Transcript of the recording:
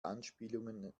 anspielungen